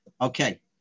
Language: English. Okay